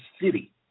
city